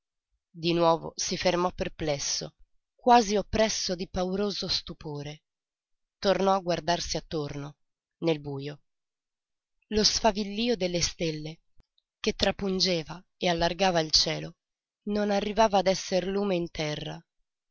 di nuovo si fermò perplesso quasi oppresso di pauroso stupore tornò a guardarsi attorno nel bujo lo sfavillío delle stelle che trapungeva e allargava il cielo non arrivava ad esser lume in terra